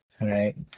right